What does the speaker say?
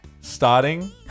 Starting